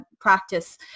practice